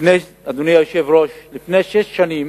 אדוני היושב-ראש, לפני שש שנים